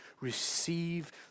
receive